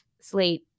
Slate